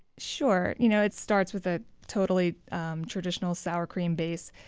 sure. you know it starts with a totally traditional sour cream base,